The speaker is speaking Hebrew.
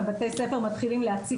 בתי הספר מתחילים להציק